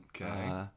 Okay